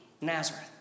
Nazareth